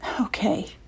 Okay